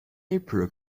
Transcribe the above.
april